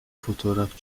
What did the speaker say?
fotoğraf